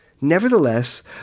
Nevertheless